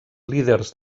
líders